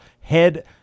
head